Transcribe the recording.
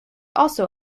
also